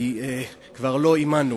כי הוא כבר לא עמנו.